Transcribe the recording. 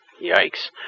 Yikes